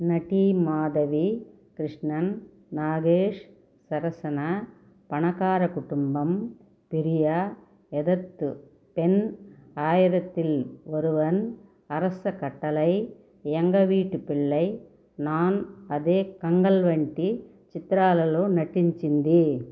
నటి మాధవి కృష్ణన్ నాగేష్ సరసన పణకార కుటుంబం పెరియ ఎదత్థు పెన్ అయిరతిల్ ఒరువన్ అరస కట్టలై ఎంగ వీట్టు పిళ్ళై నాన్ అధే కంగల్ వంటి చిత్రాలలో నటించింది